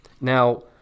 Now